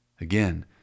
Again